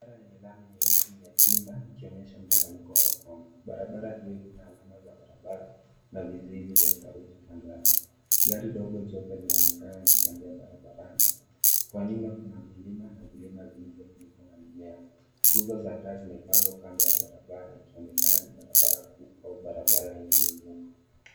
Barabara yenye lami nyeusi imepinda ikionyesha mteremko au kona. Barabara hii ina alama za barabara na vizuizi vya saruji kando yake. Gari dogo jeupe linaonekana likitembea barabarani. Kwa nyuma kuna milima na vilima vilivyo funikwa na mimea. Nguzo za taa zimepangwa kando ya barabara ikionekana ni barabara kuu au ni barabara yenye miinuko.